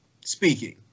speaking